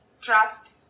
trust